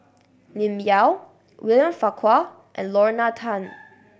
Lim Yau William Farquhar and Lorna Tan